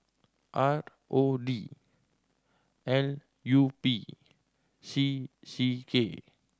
R O D L U P C C K